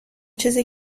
چیزی